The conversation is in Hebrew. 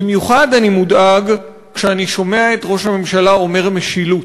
במיוחד אני מודאג כשאני שומע את ראש הממשלה אומר "משילות".